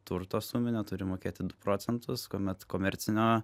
turto suminio turi mokėti du procentus kuomet komercinio